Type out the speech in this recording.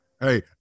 Hey